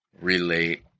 relate